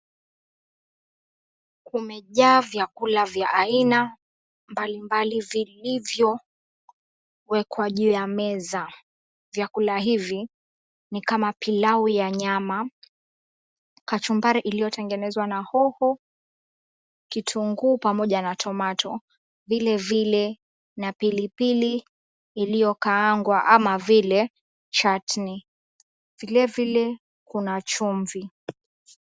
Kumejaa chakula vya aina mbalimbali vilivyowekwa juu ya meza. Vyakula hivi ni kama pilau ya nyama, kachumbari iliyotengenezwa na oho, kitunguu pamoja na tomato vile vile na pilipili iliyokaangwa kama vile chatni. Vile vile kuna chumvi.